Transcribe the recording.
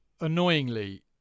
annoyingly